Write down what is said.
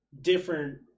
different